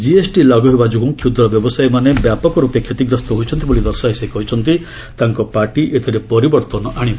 GST ଲାଗୁ ହେବା ଯୋଗୁଁ କ୍ଷୁଦ୍ର ବ୍ୟବସାୟୀମାନେ ବ୍ୟାପକର୍ପେ କ୍ଷତିଗ୍ରସ୍ତ ହୋଇଛନ୍ତି ବୋଲି ଦର୍ଶାଇ ସେ କହିଛନ୍ତି ତାଙ୍କ ପାର୍ଟି ଏଥିରେ ପରିବର୍ତ୍ତନ ଆଣିବ